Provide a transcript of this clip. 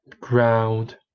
ground